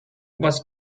was